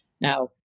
Now